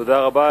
תודה רבה